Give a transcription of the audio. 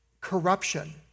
corruption